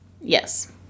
Yes